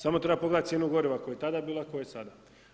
Samo treba pogledati cijenu goriva koja je tada bila, a koja je sada.